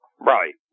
Right